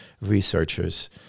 researchers